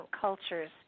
cultures